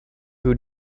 who